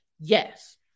Yes